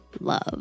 love